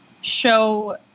show